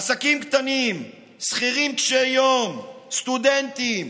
עסקים קטנים, שכירים קשי יום, סטודנטים,